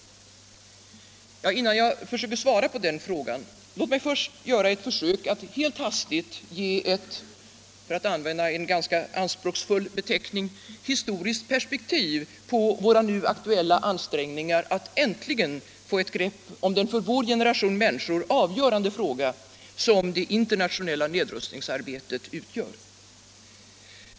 Innan jag söker svara på den frågan vill jag göra ett försök att helt hastigt ge ett — för att använda en ganska anspråksfull beteckning — historiskt perspektiv på våra nu aktuella ansträngningar att äntligen få ett grepp om den för vår generation människor avgörande fråga som det internationella nedrustningsarbetet utgör.